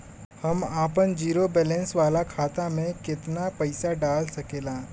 हम आपन zero balance वाला खाता मे केतना पईसा डाल सकेला?